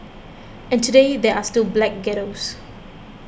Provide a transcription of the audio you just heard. and today there are still black ghettos